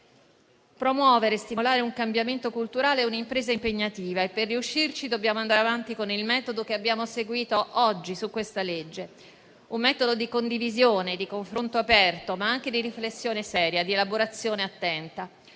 Promuovere e stimolare un cambiamento culturale è un'impresa impegnativa e per riuscirci dobbiamo andare avanti con il metodo che abbiamo seguito oggi su questa legge; un metodo di condivisione, di confronto aperto, ma anche di riflessione seria, di elaborazione attenta.